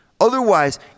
Otherwise